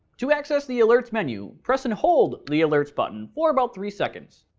to access the alerts menu, press and hold the alerts button for about three seconds,